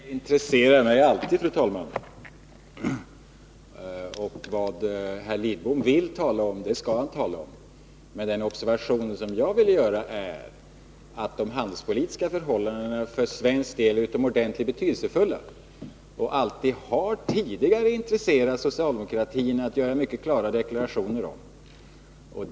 Fru talman! Vad Carl Lidbom säger intresserar mig alltid, och vad herr Lidbom vill tala om skall han också tala om. Jag vill emellertid fästa uppmärksamheten på att de handelspolitiska förhållandena för svensk del är utomordentligt betydelsefulla. Tidigare har också socialdemokraterna varit intresserade av att göra mycket klara deklarationer härvidlag.